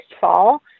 fall